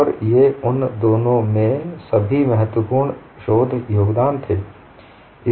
और ये उन दिनों में सभी महत्वपूर्ण शोध योगदान थे